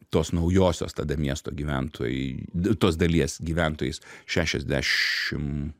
tos naujosios tada miesto gyventojai tos dalies gyventojais šešiasdešimt